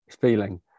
feeling